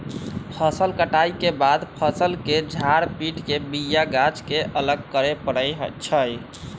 फसल कटाइ के बाद फ़सल के झार पिट के बिया गाछ के अलग करे परै छइ